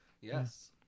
Yes